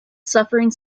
suffering